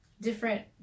different